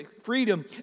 freedom